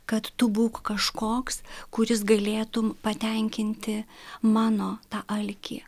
kad tu būk kažkoks kuris galėtų patenkinti mano tą alkį